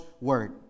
Word